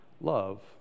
love